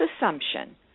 assumption